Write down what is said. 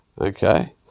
okay